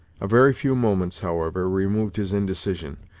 a very few moments, however, removed his indecision.